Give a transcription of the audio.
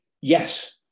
Yes